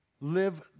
Live